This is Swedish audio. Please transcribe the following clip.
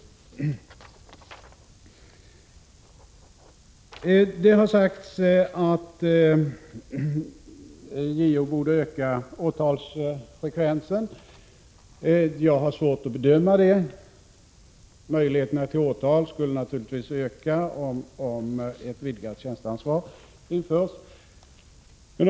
Det har sagts att JO:s åtalsfrekvens borde öka. Jag har svårt att bedöma detta. Möjligheterna till åtal skulle naturligtvis öka om ett vidgat tjänsteansvar införs.